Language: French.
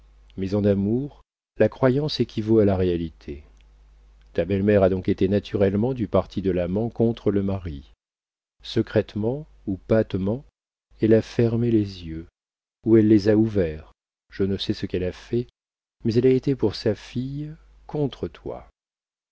mais en amour la croyance équivaut à la réalité ta belle-mère a donc été naturellement du parti de l'amant contre le mari secrètement ou patemment elle a fermé les yeux ou elle les a ouverts je ne sais ce qu'elle a fait mais elle a été pour sa fille contre toi